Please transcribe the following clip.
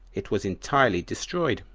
it was entirely destroyed,